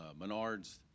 Menards